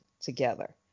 together